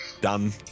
done